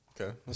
Okay